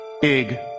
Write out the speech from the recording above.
big